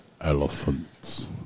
Elephants